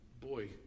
boy